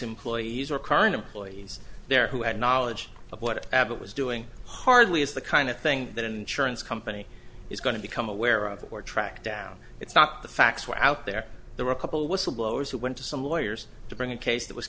employees or current employees there who had knowledge of what abbott was doing hardly is the kind of thing that insurance company is going to become aware of or track down it's not the facts were out there there were a couple whistleblowers who went to some lawyers to bring a case that was